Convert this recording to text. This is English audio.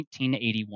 1981